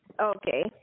okay